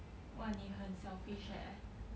!wah! 你很 selfish eh